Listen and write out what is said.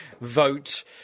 vote